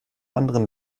anderem